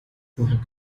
woher